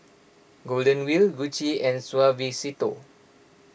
Golden Wheel Gucci and Suavecito